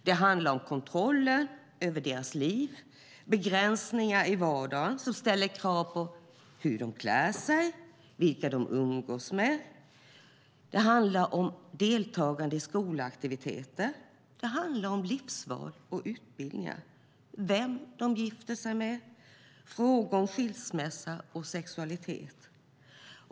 Det handlar om kontroll över deras liv, begränsningar i vardagen som ställer krav på hur de klär sig, vilka de umgås med och om deltagande i skolaktiviteter. Det handlar om livsval, utbildning, vem de gifter sig med, frågor om skilsmässa och sexualitet.